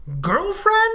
girlfriend